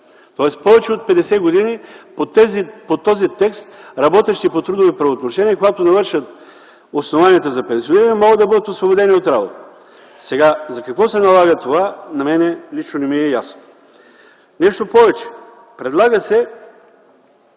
тоест повече от 50 години по този текст работещите по трудови правоотношения, когато навършат основанията за пенсиониране, могат да бъдат освободени от работа. Сега за какво се налага това, на мен лично не ми е ясно. Нещо повече, предлага се